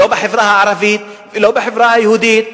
לא בחברה הערבית ולא בחברה היהודית,